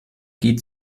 geht